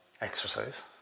exercise